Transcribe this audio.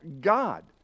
God